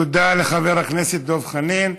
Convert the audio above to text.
תודה לחבר הכנסת דב חנין.